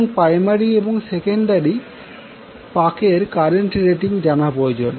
এবং প্রাইমারি এবং সেকেন্ডারী পাকের কারেন্ট রেটিং জানা প্রয়োজন